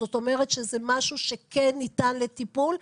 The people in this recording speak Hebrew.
זאת אומרת שזה משהו שכן ניתן לטיפול.